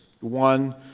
One